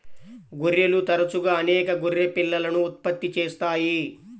గొర్రెలు తరచుగా అనేక గొర్రె పిల్లలను ఉత్పత్తి చేస్తాయి